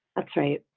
that's right.